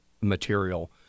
material